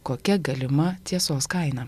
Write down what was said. kokia galima tiesos kaina